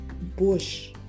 bush